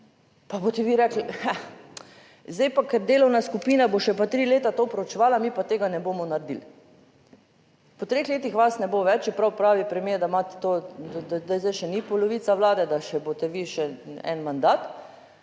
Pa boste vi rekli, zdaj pa, ker delovna skupina bo še tri leta to proučevala, mi pa tega ne bomo naredili. Po treh letih vas ne bo več, čeprav pravi premier, da imate to, da zdaj še ni polovica vlade, da boste vi še en mandat.